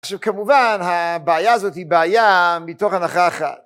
שכמובן הבעיה הזאת היא בעיה מתוך הנחה אחת.